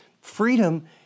freedom